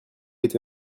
été